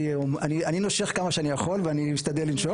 אני נושך כמה שאני יכול, ואני משתדל לנשוך.